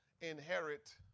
inherit